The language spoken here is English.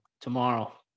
tomorrow